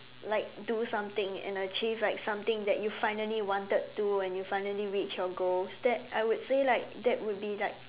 like do something and achieve like something that you finally wanted to and you finally reached your goals then I would say like that would be like